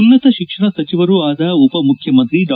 ಉನ್ನತ ಶಿಕ್ಷಣ ಸಚಿವರೂ ಆದ ಉಪ ಮುಖ್ಯಮಂತ್ರಿ ಡಾ